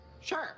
Sure